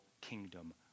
kingdom